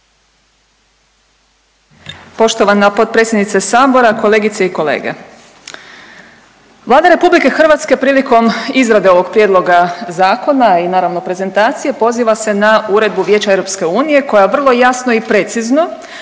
Poštovana potpredsjednice sabora, kolegice i kolege. Vlada RH prilikom izrade ovog prijedloga zakona i naravno prezentacije poziva se na Uredbu Vijeća EU koja vrlo jasno i precizno